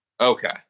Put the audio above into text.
Okay